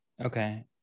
Okay